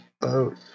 boat